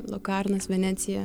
lokarnas venecija